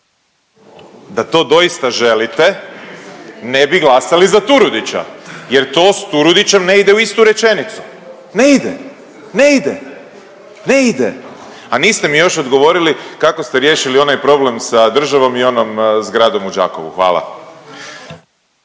Da to doista želite, ne bi glasali za Turudića jer to s Turudićem ne ide u istu rečenicu, ne ide, ne ide, ne ide, a niste mi još odgovorili kako ste riješili onaj problem sa državom i onom zgradom u Đakovu, hvala.